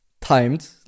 timed